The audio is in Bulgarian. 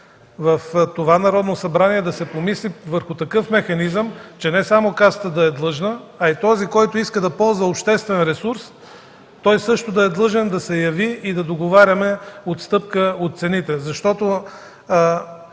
в това Народно събрание да се помисли върху такъв механизъм, че не само Касата да е длъжна, а и този, който иска да ползва обществен ресурс, също да е длъжен да се яви и да договаряме отстъпка от цените.